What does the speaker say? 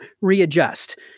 readjust